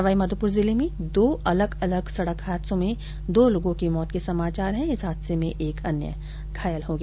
सवाईमाधोपुर जिले में दो अलग अलग सड़क हादसो में दो लोगों की मौत हो गई और एक अन्य घायल हो गया